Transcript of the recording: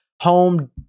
home